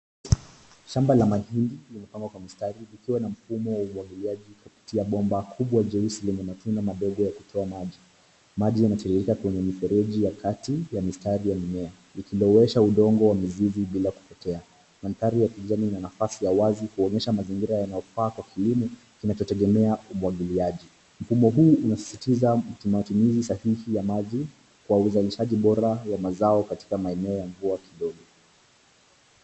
Shamba la mahindi limepandwa kwa mistari likiwa na mfumo wa umwagiliaji kupitia bomba kubwa jeusi lenye matundu madogo yakitoa maji. Maji yanatiririka kwenye mifereji ya kati ya mistari ya mimea ikilowesha udongo wa mizizi bila kupotea. Mandhari ya kijani ina nafasi ya wazi kuonyesha mazingira yanayofaa kwa kilimo kinachotegemea umwagiliaji. Mfumo huu unasisitiza matumizi sahihi ya maji kwa uzalishaji bora wa mazao katika maeneo ya mvua kidogo.